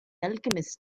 alchemist